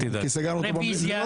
תעשה רביזיה.